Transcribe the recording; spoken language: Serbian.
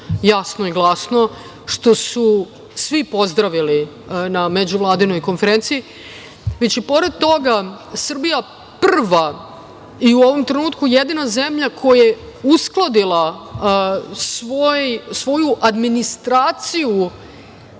jasno i glasno, što su svi pozdravili na Međuvladinoj konferenciji već i pored toga Srbija je prva i u ovom trenutku jedina zemlja koja je uskladila svoju administraciju